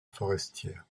forestières